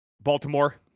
Baltimore